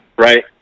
Right